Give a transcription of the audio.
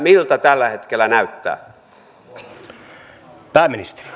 miltä tällä hetkellä näyttää